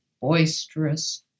boisterous